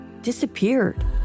disappeared